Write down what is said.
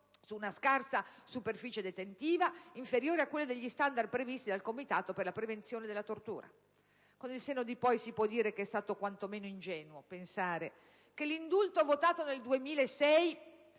su una scarsa superficie detentiva, inferiore a quella degli standard previsti dal Comitato per la prevenzione della tortura. Con il senno di poi si può dire che è stato quantomeno ingenuo pensare che l'indulto votato nel 2006,